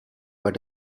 but